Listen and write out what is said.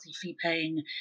fee-paying